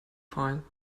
file